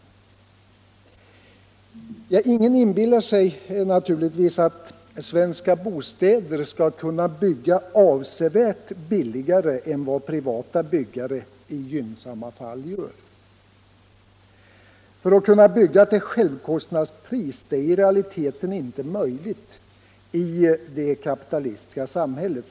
Ingen inbillar sig naturligtvis att Svenska Bostäder kan bygga avsevärt billigare än vad privata byggare i gynnsamma fall gör. Ty att kunna bygga till självkostnadspris är i realiteten inte möjligt i det kapitalistiska samhället.